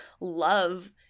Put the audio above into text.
love